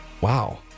Wow